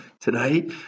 today